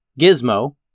Gizmo